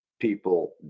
people